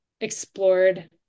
explored